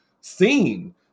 seen